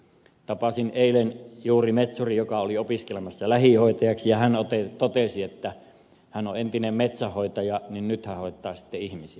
tapasin eilen juuri metsurin joka oli opiskelemassa lähihoitajaksi ja hän totesi että hän on entinen metsänhoitaja nyt hän hoitaa sitten ihmisiä